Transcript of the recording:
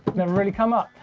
never really come up.